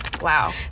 Wow